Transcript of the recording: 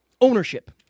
Ownership